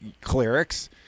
clerics